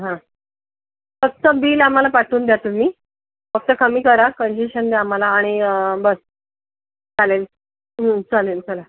हां फक्त बिल आम्हाला पाठवून द्या तुम्ही फक्त कमी करा कन्सेशन द्या आम्हाला आणि बस चालेल चालेल चला